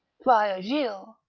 friar gilles,